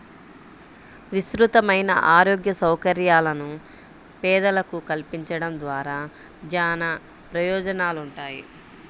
విస్తృతమైన ఆరోగ్య సౌకర్యాలను పేదలకు కల్పించడం ద్వారా చానా ప్రయోజనాలుంటాయి